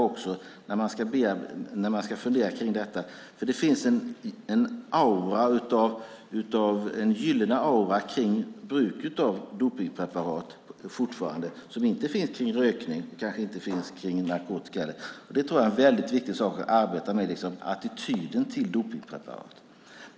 Det finns fortfarande en gyllene aura kring bruket av dopningspreparat som inte finns kring rökning och inte kring narkotika. Jag tror att det är väldigt viktigt att arbeta med attityden till dopningspreparat.